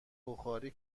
بخاری